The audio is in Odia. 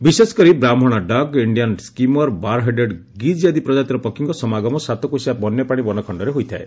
ବିଶେଷକରି ବ୍ରାହ୍କଶ ଡକ୍ ଇଣ୍ଡିଆନ ସ୍କିମର ବାରହେଡେଡ୍ ଗିଜ ଆଦି ପ୍ରଜାତିର ପକ୍ଷୀଙ୍କ ସମାଗମ ସାତକୋଶିଆ ବନ୍ୟପ୍ରାଶୀ ବନଖଣ୍ଡରେ ହୋଇଥାଏ